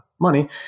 money